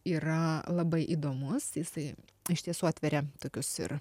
yra labai įdomus jisai iš tiesų atveria tokius ir